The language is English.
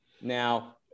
Now